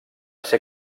ser